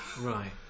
right